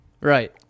Right